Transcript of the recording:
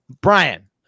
Brian